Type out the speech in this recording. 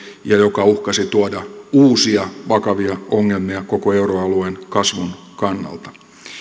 ja joka uhkasi tuoda uusia vakavia ongelmia koko euroalueen kasvun kannalta